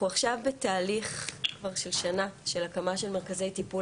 אנחנו עכשיו בתהליך כבר של שנה של הקמה של מרכזי טיפול